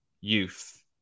youth